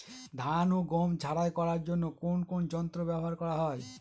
ধান ও গম ঝারাই করার জন্য কোন কোন যন্ত্র ব্যাবহার করা হয়?